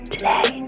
Today